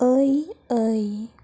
ओइ ओइ